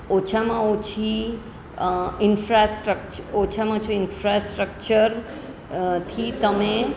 ઓછામાં ઓછી ઇન્ફ્રાસ્ટ્રક્ટર ઓછામાં ઓછુ ઇન્ફ્રાસ્ટ્રક્ટર થી તમે